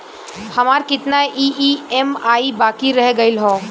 हमार कितना ई ई.एम.आई बाकी रह गइल हौ?